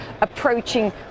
approaching